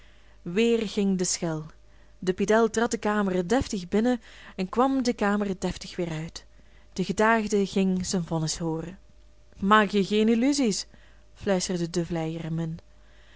weer ging de schel de pedel trad de kamer deftig binnen en kwam de kamer deftig weer uit de gedaagde ging zijn vonnis hooren maak je geen illusie fluisterde de vleier hem